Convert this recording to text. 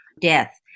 death